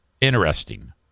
interesting